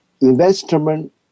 investment